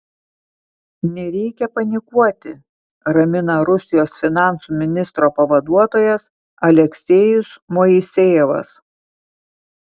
nereikia panikuoti ramina rusijos finansų ministro pavaduotojas aleksejus moisejevas